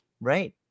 Right